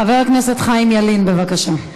חבר הכנסת חיים ילין, בבקשה,